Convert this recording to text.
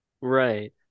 Right